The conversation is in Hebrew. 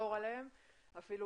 לחזור עליהן אפילו